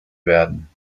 werden